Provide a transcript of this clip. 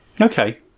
okay